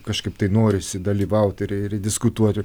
kažkaip tai norisi dalyvauti ir ir diskutuoti